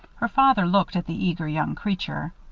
her father looked at the eager young creature.